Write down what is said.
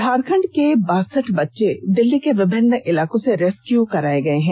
झारखंड के बासठ बच्चे दिल्ली के विभिन्न इलाकों से रेस्क्यू कराए गए हैं